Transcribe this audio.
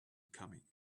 coming